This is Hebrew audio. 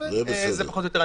זה פחות או יותר.